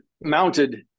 mounted